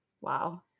Wow